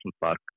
Park